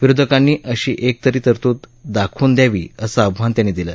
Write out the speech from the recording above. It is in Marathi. विरोधकांनी अशी एक तरी तरतूद दाखवून द्यावी असं आव्हान त्यांनी दिलं